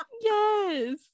yes